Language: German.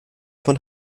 von